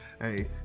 hey